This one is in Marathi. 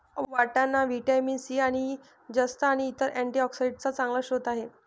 वाटाणा व्हिटॅमिन सी आणि ई, जस्त आणि इतर अँटीऑक्सिडेंट्सचा चांगला स्रोत आहे